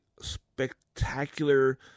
spectacular